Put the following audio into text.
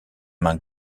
main